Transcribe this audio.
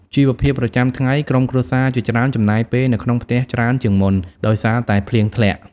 ជីវភាពប្រចាំថ្ងៃ ក្រុមគ្រួសារជាច្រើនចំណាយពេលនៅក្នុងផ្ទះច្រើនជាងមុន ដោយសារតែភ្លៀងធ្លាក់។